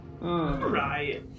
Right